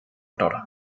toro